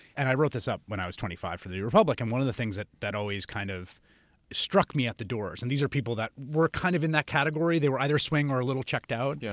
and i wrote this up when i was twenty five for the republic. and one of the things that that always kind of struck me at the doors, and these are people that were kind of in that category, they were either swing or a little checked out, yeah